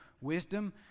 wisdom